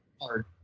hard